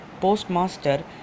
postmaster